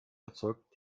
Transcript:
erzeugt